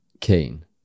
keen